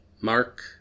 Mark